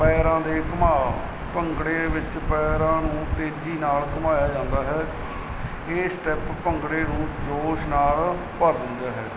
ਪੈਰਾਂ ਦੇ ਘੁਮਾ ਭੰਗੜੇ ਵਿੱਚ ਪੈਰਾਂ ਨੂੰ ਤੇਜ਼ੀ ਨਾਲ ਘੁਮਾਇਆ ਜਾਂਦਾ ਹੈ ਇਹ ਸਟੈਪ ਭੰਗੜੇ ਨੂੰ ਜੋਸ਼ ਨਾਲ ਭਰ ਦਿੰਦੇ ਹੈ